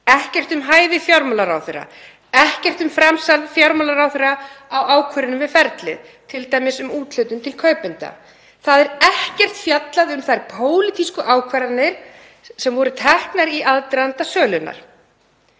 ekkert um hæfi fjármálaráðherra, ekkert um framsal fjármálaráðherra á ákvörðunum við ferlið, t.d. um úthlutun til kaupenda. Það er ekkert fjallað um þær pólitísku ákvarðanir sem voru teknar í aðdraganda sölunnar,